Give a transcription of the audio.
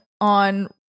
on